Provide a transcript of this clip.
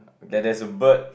that there's a bird